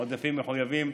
עודפים מחויבים,